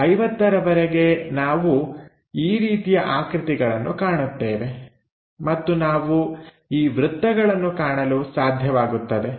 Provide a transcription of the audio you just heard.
50ರವರೆಗೆ ನಾವು ಈ ರೀತಿಯ ಆಕೃತಿಗಳನ್ನು ಕಾಣುತ್ತೇವೆ ಮತ್ತು ನಾವು ಈ ವೃತ್ತಗಳನ್ನು ಕಾಣಲು ಸಾಧ್ಯವಾಗುತ್ತದೆ